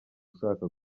ushaka